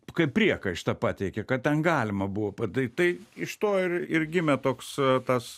kaip priekaištą pateikė kad ten galima buvo padaryt tai iš to ir gimė toks tas